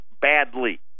badly